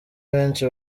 abenshi